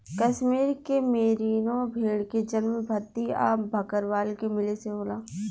कश्मीर के मेरीनो भेड़ के जन्म भद्दी आ भकरवाल के मिले से होला